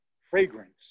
fragrance